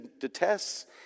detests